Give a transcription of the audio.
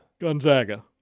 Gonzaga